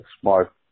smart